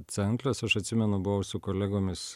centlias aš atsimenu buvau su kolegomis